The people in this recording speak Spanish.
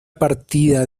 partida